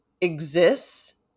exists